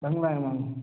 चांगलं आहे मग